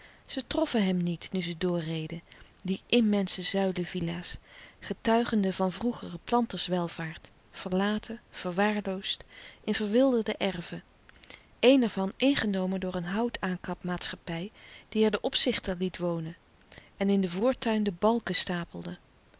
troffen hem niet nu zij doorreden die immense zuilenvilla's getuigende van vroegere planterswelvaart verlaten verwaarloosd in verwilderde erven een ervan ingenomen door een hout aankap maatschappij die er den opzichter liet wonen en in den voortuin de balken stapelde